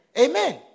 Amen